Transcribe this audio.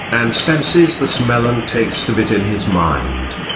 and senses the smell and taste of it in his mind.